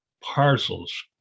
parcels